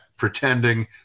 pretending